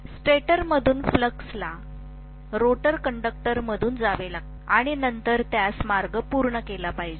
स्टेटरमधून फ्लक्सला रोटर कंडक्टरमधून जावे लागते आणि नंतर त्यास मार्ग पूर्ण केला पाहिजे